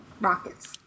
rockets